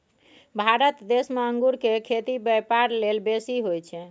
भारत देश में अंगूर केर खेती ब्यापार लेल बेसी होई छै